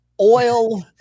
oil